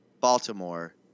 Baltimore